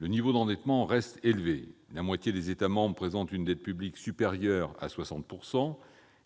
le niveau d'endettement reste élevé : la moitié des États membres présentent une dette publique supérieure à 60 %,